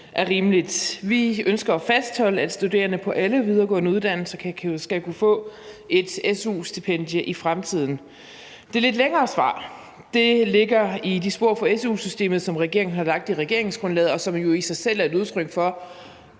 er rimeligt. Vi ønsker at fastholde, at studerende på alle videregående uddannelser skal kunne få et su-stipendie i fremtiden. Det lidt længere svar ligger i de spor for su-systemet, som regeringen har lagt i regeringsgrundlaget, og som i sig selv er et udtryk for,